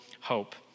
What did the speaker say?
hope